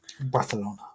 Barcelona